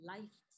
Life